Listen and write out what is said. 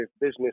business